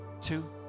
two